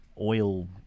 oil